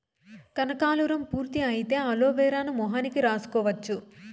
కనకాలురం పూర్తి అయితే అలోవెరాను మొహానికి రాసుకోవచ్చు